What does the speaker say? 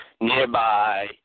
nearby